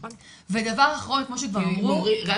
דבר אחרון כמו שכבר אמרו ---.